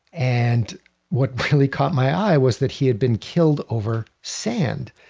and what really caught my eye was that he had been killed over sand.